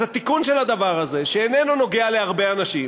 אז התיקון של הדבר הזה, שאיננו נוגע להרבה אנשים